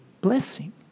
blessing